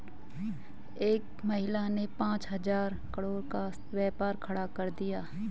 एक महिला ने पांच हजार करोड़ का व्यापार खड़ा कर दिया